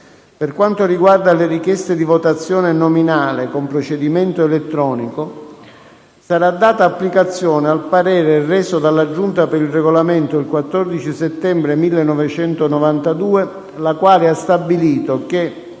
Per quanto riguarda le richieste di votazione nominale con procedimento elettronico, saradata applicazione al parere reso dalla Giunta per il Regolamento il 14 settembre 1992, la quale ha stabilito che: